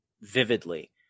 vividly